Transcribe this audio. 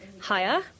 higher